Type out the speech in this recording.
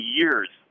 years